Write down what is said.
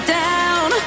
down